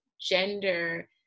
gender